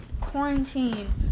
quarantine